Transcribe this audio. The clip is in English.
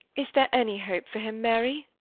is there any hope for him, mary?